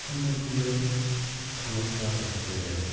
सोमोन्दो थानायफोरा जादों जेरै